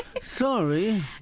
Sorry